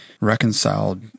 reconciled